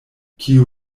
kio